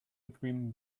between